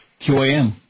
QAM